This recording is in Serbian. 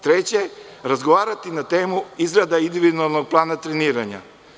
Treće – razgovarati na temu izrada individualnog plana treniranja.